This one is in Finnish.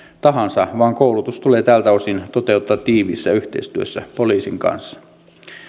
tahansa vaan koulutus tulee tältä osin toteuttaa tiiviissä yhteistyössä poliisin kanssa